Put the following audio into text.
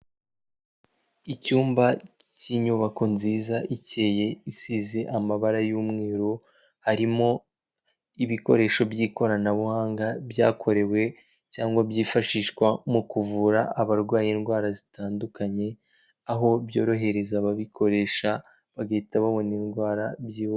Icyumba cy'inyubako nziza ikeyeye isize amabara y'umweru, harimo ibikoresho by'ikoranabuhanga byakorewe cyangwa byifashishwa mu kuvura abarwaye indwara zitandukanye, aho byorohereza ababikoresha bagahita babona indwara byihuse.